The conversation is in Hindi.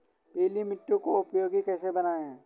पीली मिट्टी को उपयोगी कैसे बनाएँ?